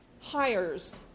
hires